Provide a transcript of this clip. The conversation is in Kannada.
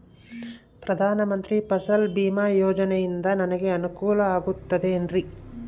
ಪ್ರಧಾನ ಮಂತ್ರಿ ಫಸಲ್ ಭೇಮಾ ಯೋಜನೆಯಿಂದ ನನಗೆ ಅನುಕೂಲ ಆಗುತ್ತದೆ ಎನ್ರಿ?